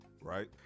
Right